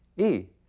e,